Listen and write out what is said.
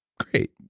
great.